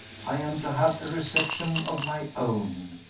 i am to have a reception of my own.